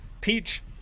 Peach